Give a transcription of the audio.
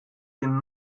den